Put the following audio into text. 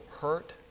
hurt